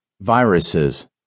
Viruses